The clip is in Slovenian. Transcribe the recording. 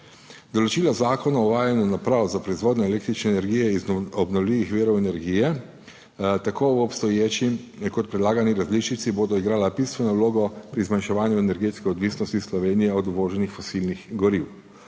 Določila Zakona o uvajanju naprav za proizvodnjo električne energije iz obnovljivih virov energije tako v obstoječi kot predlagani različici bodo igrala bistveno vlogo pri zmanjševanju energetske odvisnosti Slovenije od uvoženih fosilnih goriv.